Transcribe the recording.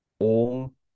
Om